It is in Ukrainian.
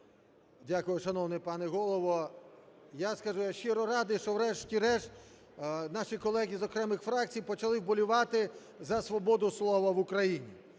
Дякую, шановний пане Голово. Я скажу, я щиро радий, що врешті-решт наші колеги з окремих фракцій почали вболівати за свободу слова в Україні.